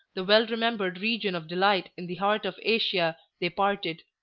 the well-remembered region of delight in the heart of asia, they parted.